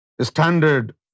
standard